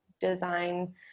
Design